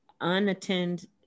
unattended